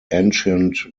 ancient